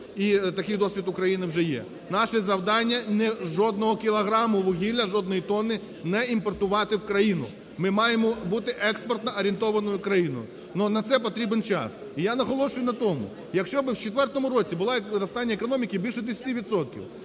І такий досвід України вже є. Наше завдання – жодного кілограму вугілля, жодної тонни не імпортувати в країну. Ми маємо бути експортоорієнтованою країною. Но на це потрібен час. І я наголошую на тому. Якщо ми в четвертому році, було зростання економіки більше 10